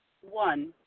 one